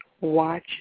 Watch